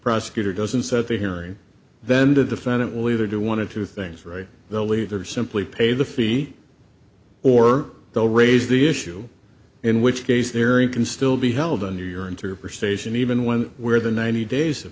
prosecutor doesn't set theory then the defendant will either do wanted two things right they'll either simply pay the fee or they'll raise the issue in which case the area can still be held under your interpretation even one where the ninety days